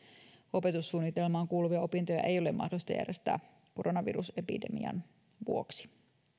opetussuunnitelmaan kuuluvia opintoja ei ole mahdollista järjestää koronavirusepidemian vuoksi